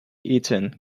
eaten